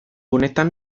honetan